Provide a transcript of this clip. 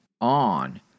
on